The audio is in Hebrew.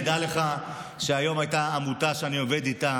תדע לך שהיום הייתה עמותה שאני עובד איתה